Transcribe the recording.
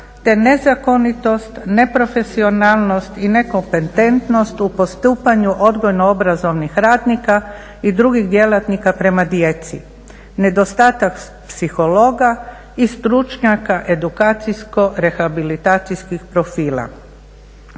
te nezakonitost, neprofesionalnost i nekompetentnost u postupanju odgojno-obrazovnih radnika i drugih djelatnika prema djeci, nedostatak psihologa i stručnjaka edukacijsko-rehabilitacijskih profila.